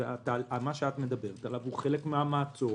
ומה שאת מדברת עליו הוא חלק מהמעצור